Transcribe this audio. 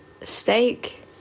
steak